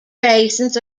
raisins